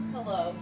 Hello